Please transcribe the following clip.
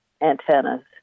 antennas